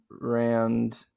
round